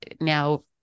now